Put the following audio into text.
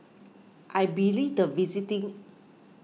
I believe the visiting